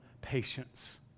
patience